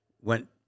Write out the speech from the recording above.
went